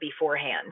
beforehand